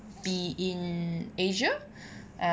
be in asia